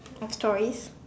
of stories